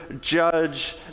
judge